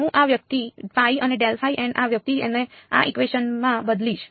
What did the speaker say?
હું આ વ્યક્તિ અને આ વ્યક્તિ અને આ ઇકવેશન માં બદલીશ